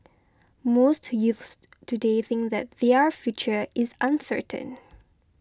most youths today think that their future is uncertain